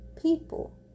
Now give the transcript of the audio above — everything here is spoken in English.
people